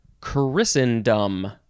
Christendom